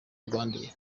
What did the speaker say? rwandair